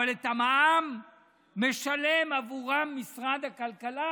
אבל את המע"מ משלם בעבורן משרד הכלכלה,